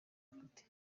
afite